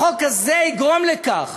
החוק הזה יגרום לכך